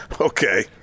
Okay